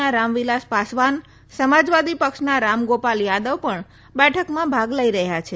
ના રામ વિલાસ પાસવાન સમાજવાદી પક્ષના રામ ગોપાલ યાદવ પણ બેઠકમાં ભાગ લઇ રહયાં છે